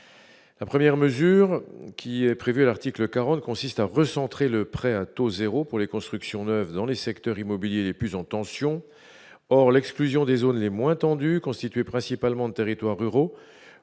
la première mesure qui est prévue à l'article 40 consiste à recentrer le prêt à taux 0 pour les constructions neuves dans les secteurs immobilier plus en tension. Or, l'exclusion des zones les moins tendue, constitué principalement de territoires ruraux